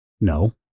No